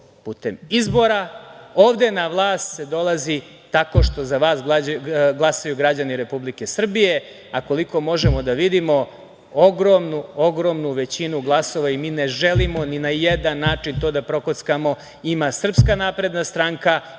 putem izbora. Ovde na vlast se dolazi tako što za vas glasaju građani Republike Srbije, a koliko možemo da vidimo ogromnu većinu glasova, i mi ne želimo ni na jedan način to da prokockamo, ima Srpska napredna stranka,